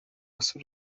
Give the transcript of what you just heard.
gusa